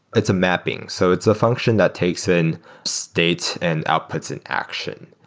it's a mapping. so it's a function that takes in state and outputs in action.